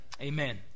amen